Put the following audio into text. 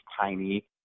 tiny